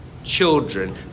Children